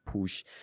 push